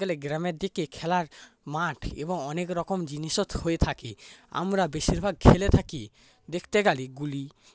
দেখতে গেলে গ্রামের দিকে খেলার মাঠ এবং অনেক রকম জিনিসও হয়ে থাকে আমরা বেশির ভাগ খেলে থাকি দেখতে গেলে গুলি